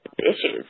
issues